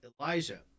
Elijah